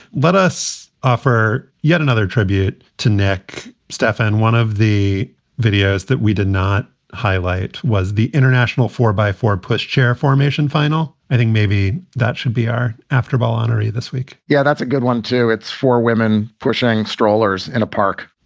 let us offer yet another tribute to nick stefan. one of the videos that we did not highlight was the international four by four pushchair formation final. i think maybe that should be our after ball honoree this week yeah, that's a good one, too. it's for women pushing strollers in a park.